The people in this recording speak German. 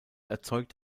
erzeugt